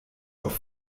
auf